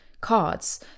cards